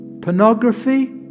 Pornography